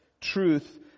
truth